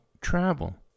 travel